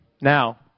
Now